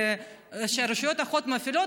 שרשויות החוק מפעילות,